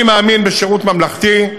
אני מאמין בשירות ממלכתי,